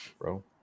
Bro